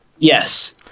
Yes